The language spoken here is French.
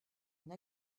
une